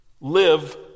Live